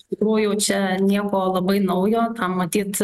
iš tikrųjų čia nieko labai naujo tam matyt